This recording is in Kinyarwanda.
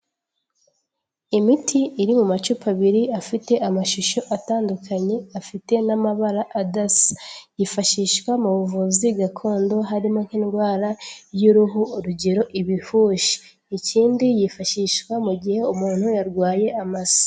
Imiti iri mu macupa abiri afite amashusho atandukanye afite n'amabara adasa, yifashishwa mu buvuzi gakondo harimo nk'indwara y'uruhu urugero ibihushi, ikindi yifashishwa mu gihe umuntu yarwaye.